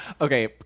Okay